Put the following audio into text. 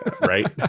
right